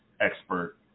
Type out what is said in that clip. expert